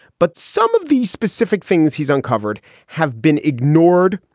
but some of these specific things he's uncovered have been ignored,